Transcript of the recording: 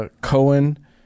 Cohen